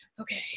okay